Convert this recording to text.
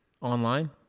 Online